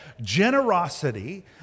generosity